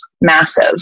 massive